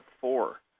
four